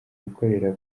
gukorera